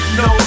no